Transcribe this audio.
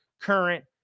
current